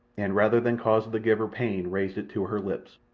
and rather than cause the giver pain raised it to her lips,